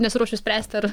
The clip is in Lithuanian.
nesiruošiu spręsti ar